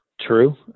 True